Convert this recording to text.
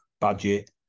budget